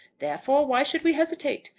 therefore, why should we hesitate?